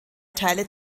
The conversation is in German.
teile